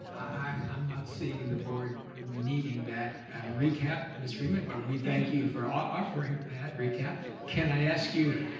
i'm i'm not seeing the board needing that recap, ms. freeman, but we thank you for offering that recap. can i ask you.